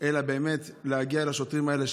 אלא באמת להגיע לשוטרים האלה,